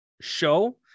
show